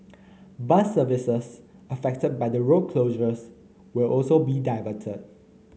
bus services affected by the road closures will also be diverted